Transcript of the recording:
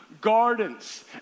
gardens